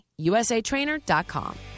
USATrainer.com